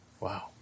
Wow